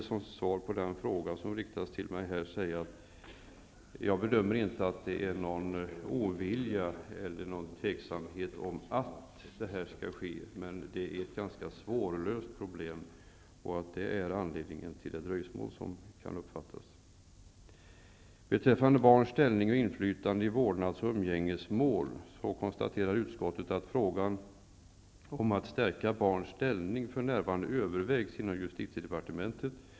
Som svar på den fråga som riktades till mig vill jag säga att jag inte bedömer att det finns någon ovilja eller någon tvekan om att det här skall ske. Det är emellertid ett ganska svårlöst problem, och det är anledningen till det dröjsmål som kan uppfattas. Beträffande barns ställning och inflytande i vårdnads och umgängesmål konstaterar utskottet att frågan om att stärka barns ställning för närvarande övervägs inom justitiedepartementet.